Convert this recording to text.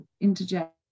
interject